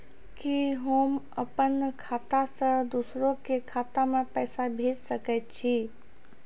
कि होम अपन खाता सं दूसर के खाता मे पैसा भेज सकै छी?